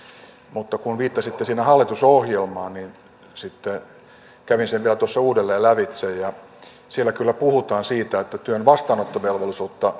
mutta kun viittasitte siinä hallitusohjelmaan niin sitten kävin sen vielä tuossa uudelleen lävitse ja siellä kyllä puhutaan siitä että työn vastaanottovelvollisuutta